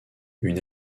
une